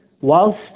Whilst